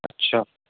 अच्छा